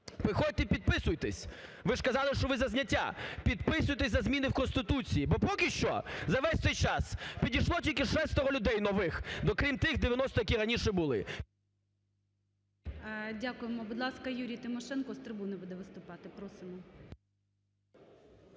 приходьте, підписуйтесь! Ви ж казали, що ви за зняття! Підписуйтесь за зміни у Конституції, бо поки що за весь цей час підійшло тільки шестеро людей нових, окрім тих 90-а, які раніше бути. ГОЛОВУЮЧИЙ. Дякуємо. Будь ласка, Юрій Тимошенко з трибуни буде виступати. Просимо.